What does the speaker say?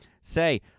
Say